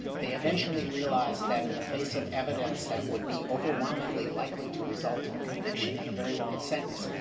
they eventually realize that, in the face of evidence that would be overwhelmingly likely to result in a conviction and a very long sentence,